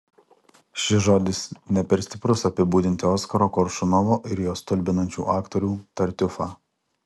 šis žodis ne per stiprus apibūdinti oskaro koršunovo ir jo stulbinančių aktorių tartiufą